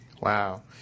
Wow